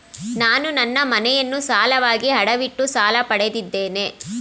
ನಾನು ನನ್ನ ಮನೆಯನ್ನು ಸಾಲವಾಗಿ ಅಡವಿಟ್ಟು ಸಾಲ ಪಡೆದಿದ್ದೇನೆ